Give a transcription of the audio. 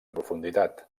profunditat